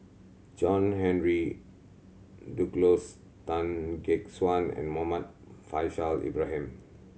John Henry Duclos Tan Gek Suan and Muhammad Faishal Ibrahim